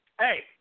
hey